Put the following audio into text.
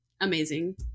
amazing